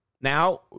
Now